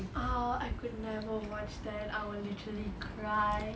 !ow! I could never watch that I'll literally cry